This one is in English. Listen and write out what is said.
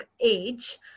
age